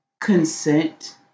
consent